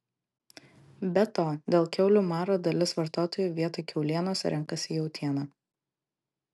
be to dėl kiaulių maro dalis vartotojų vietoj kiaulienos renkasi jautieną